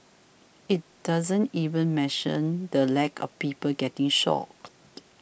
it doesn't even mention the lack of people getting shot